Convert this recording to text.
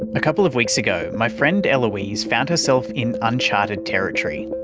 a couple of weeks ago, my friend eloise found herself in uncharted territory.